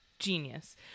genius